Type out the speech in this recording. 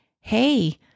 hey